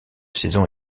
saison